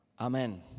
Amen